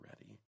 ready